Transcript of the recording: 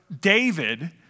David